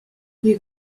you